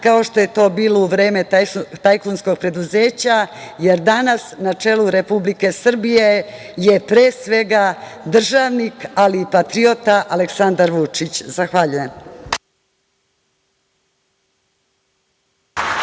kao što je to bilo u vreme tajkunskog preduzeća, jer danas na čelu Republike Srbije je pre svega državnik, ali i patriota Aleksandar Vučić. Zahvaljujem.